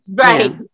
Right